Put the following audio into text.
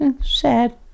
Sad